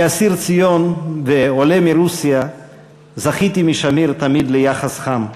כאסיר ציון ועולה מרוסיה זכיתי משמיר תמיד ליחס חם.